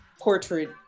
portrait